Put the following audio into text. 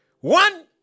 One